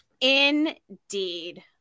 Indeed